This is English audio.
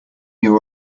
year